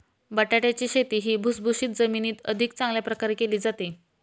बटाट्याची शेती ही भुसभुशीत जमिनीत अधिक चांगल्या प्रकारे केली जाते